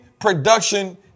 production